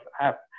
app